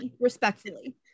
respectfully